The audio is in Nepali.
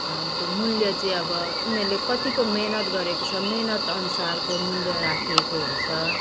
त मूल्य चाहिँ अब उनीहरूले कतिको मेहनत गरेको छ मेहनतअनुसारको मूल्य राखिएको हुन्छ